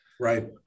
right